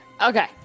Okay